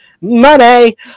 Money